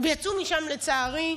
ויצאו משם, לצערי,